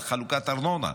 על חלוקת ארנונה,